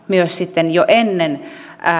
myös sitten jo ennen